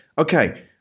okay